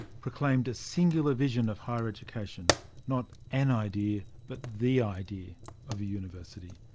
proclaimed a singular vision of higher education not an idea but the idea of a university.